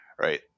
right